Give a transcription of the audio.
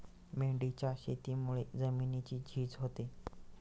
मेंढीच्या शेतीमुळे जमिनीची झीज होते